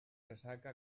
ressaca